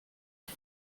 ich